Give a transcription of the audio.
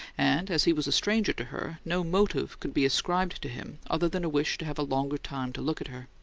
and, as he was a stranger to her, no motive could be ascribed to him other than a wish to have a longer time to look at her.